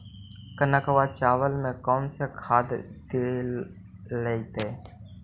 कनकवा चावल में कौन से खाद दिलाइतै?